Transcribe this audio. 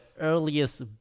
earliest